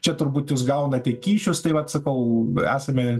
čia turbūt jūs gaunate kyšius tai vat sakau esame